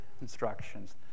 instructions